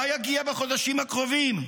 מה יגיע בחודשים הקרובים,